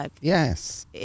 Yes